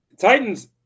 Titans